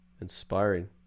Inspiring